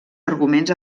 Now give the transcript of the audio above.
arguments